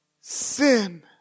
sin